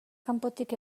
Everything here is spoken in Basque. kanpotik